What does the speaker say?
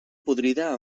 podrida